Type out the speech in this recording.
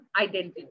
identity